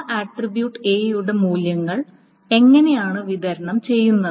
ആ ആട്രിബ്യൂട്ട് എയുടെ മൂല്യങ്ങൾ എങ്ങനെയാണ് വിതരണം ചെയ്യുന്നത്